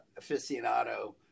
aficionado